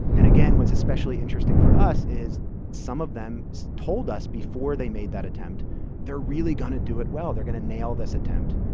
and again, what's especially interesting for us is some of them so told us before they made that attempt they're really going to do it well. they're going to nail this attempt.